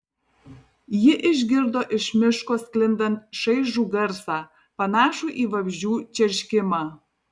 ji išgirdo iš miško sklindant šaižų garsą panašų į vabzdžių čerškimą